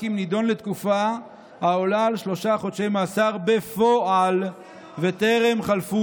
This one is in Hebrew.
אם נידון לתקופה העולה על שלושה חודשי מאסר בפועל וטרם חלפו,